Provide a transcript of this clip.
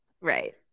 right